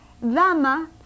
dama